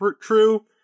true